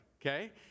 okay